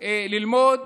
ללמוד